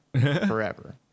forever